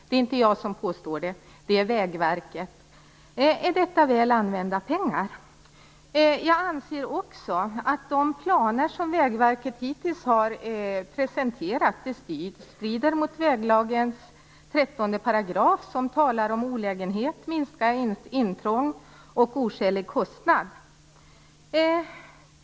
Det är inte jag som påstår det, utan Vägverket. Är detta väl använda pengar? Jag anser också att de planer som Vägverket hittills har presenterat strider mot 13 § i väglagen, som talar om olägenhet, minskat intrång och oskälig kostnad.